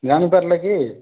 ଜାଣିପାରିଲେ କି